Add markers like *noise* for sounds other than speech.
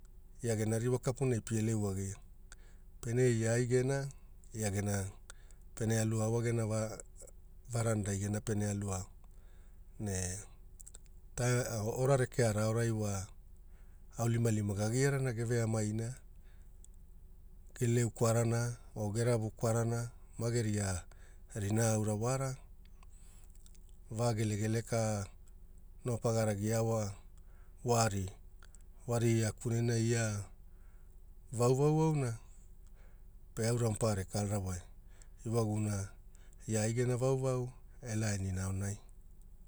Ia gena ririwa kapunai pie leu agia, pene ia ai gena, ia gena pene aluao wa gena wa varandai gene pene alu ao ne *unintelligible* ora rekeara aorai wa aulimalima gagiarana geveamaina, geleu kwarana, oo geravu kwarana, mageria rina aura wara, vaa gelegele ka noo pagara gia wa, Wari. Wari ia kunenai ia vauvau auna, pe aura mapaara ekalarawai, iwaguna ia ai gena vauvau, elaanina aonai.